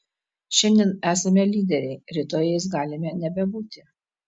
šiandien esame lyderiai rytoj jais galime nebebūti